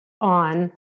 on